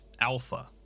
Alpha